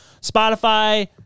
Spotify